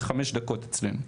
זה חמש דקות אצלנו,